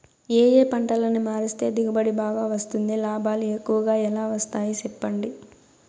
ఏ ఏ పంటలని మారిస్తే దిగుబడి బాగా వస్తుంది, లాభాలు ఎక్కువగా ఎలా వస్తాయి సెప్పండి